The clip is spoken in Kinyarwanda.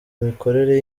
imikorere